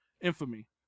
infamy